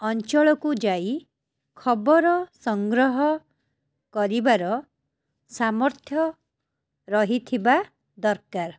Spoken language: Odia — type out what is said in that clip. ଅଞ୍ଚଳ କୁ ଯାଇ ଖବର ସଂଗ୍ରହ କରିବାର ସାମର୍ଥ୍ୟ ରହିଥିବା ଦରକାର